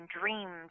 dreamed